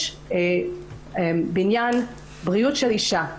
יש בניין לבריאות האישה,